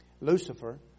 Lucifer